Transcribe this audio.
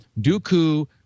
Dooku